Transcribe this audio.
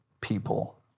people